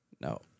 no